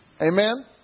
Amen